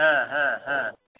ह ह ह